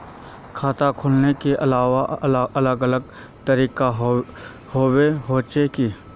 खाता खोले के अलग अलग तरीका होबे होचे की?